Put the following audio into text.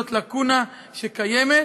זאת לקונה שקיימת,